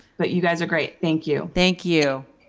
but you guys are great. thank you. thank you.